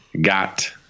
got